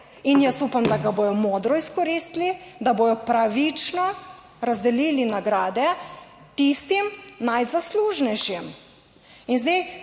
in jaz upam, da ga bodo modro izkoristili, da bodo pravično razdelili nagrade tistim najzaslužnejšim.